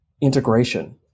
integration